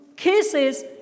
Cases